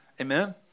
Amen